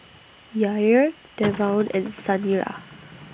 Yair Devaughn and Saniyah